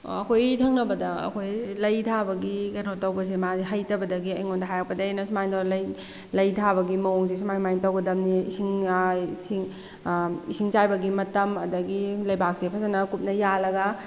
ꯑꯩꯈꯣꯏꯒꯤ ꯊꯪꯅꯕꯗ ꯑꯩꯈꯣꯏ ꯂꯩ ꯊꯥꯕꯒꯤ ꯀꯩꯅꯣ ꯇꯧꯕꯁꯦ ꯃꯥꯁꯦ ꯍꯩꯇꯕꯗꯒꯤ ꯑꯩꯉꯣꯟꯗ ꯍꯥꯏꯔꯛꯄꯗꯒꯤ ꯑꯩꯅ ꯁꯨꯃꯥꯏꯟ ꯇꯧꯅ ꯂꯩ ꯂꯩ ꯊꯥꯕꯒꯤ ꯃꯑꯣꯡꯁꯦ ꯁꯨꯃꯥꯏ ꯁꯨꯃꯥꯏ ꯇꯧꯒꯗꯕꯅꯤ ꯏꯁꯤꯡ ꯏꯁꯤꯡ ꯏꯁꯤꯡ ꯆꯥꯏꯕꯒꯤ ꯃꯇꯝ ꯑꯗꯒꯤ ꯂꯩꯕꯥꯛꯁꯦ ꯐꯖꯅ ꯀꯨꯞꯅ ꯌꯥꯜꯂꯒ